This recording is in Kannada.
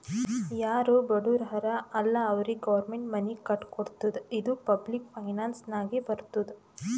ಯಾರು ಬಡುರ್ ಹರಾ ಅಲ್ಲ ಅವ್ರಿಗ ಗೌರ್ಮೆಂಟ್ ಮನಿ ಕಟ್ಕೊಡ್ತುದ್ ಇದು ಪಬ್ಲಿಕ್ ಫೈನಾನ್ಸ್ ನಾಗೆ ಬರ್ತುದ್